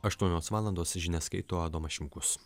aštuonios valandos žinias skaito adomas šimkus